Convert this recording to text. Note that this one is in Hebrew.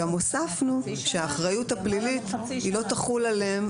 גם הוספנו שהאחריות הפלילית לא תחול עליהם